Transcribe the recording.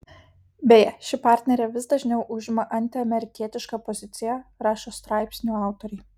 beje ši partnerė vis dažniau užima antiamerikietišką poziciją rašo straipsnių autoriai